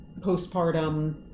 postpartum